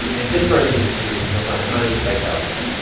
and this version was produced for planet money by sally helm.